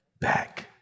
back